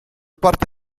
parte